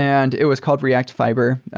and it was called react fiber,